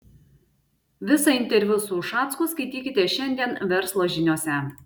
visą interviu su ušacku skaitykite šiandien verslo žiniose